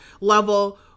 level